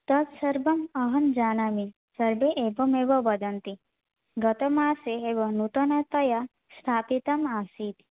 तत्सर्वं अहं जानामि सर्वे एवमेव वदन्ति गतमासे एव नूतनतया स्थापितम् आसीत्